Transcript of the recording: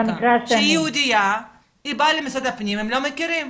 היא יהודייה, היא באה למשרד הפנים והם לא מכירים.